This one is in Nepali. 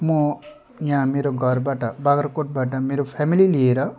म यहाँ मेरो घरबाट बाग्राकोटबाट मेरो फ्यामिली लिएर